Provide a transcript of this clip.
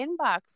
inbox